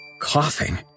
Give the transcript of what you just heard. coughing